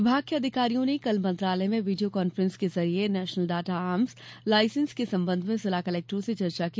विभाग के अधिकारियों ने कल मंत्रालय में वीडियो कॉन्फ्रेंस के जरिये नेशनल डाटा आर्म्स लायसेंस के संबंध में जिला कलेक्टरों से चर्चा की